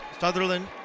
Sutherland